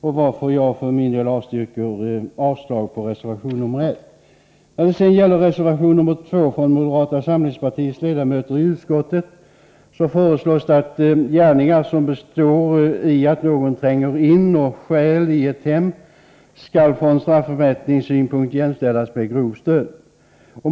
Jag yrkar därför avslag på reservation 1. I reservation 2 från moderata samlingspartiets ledamöter i utskottet föreslås att gärningar som består i att någon tränger in och stjäl i ett hem från straffmätningssynpunkt skall jämställas med grov stöd.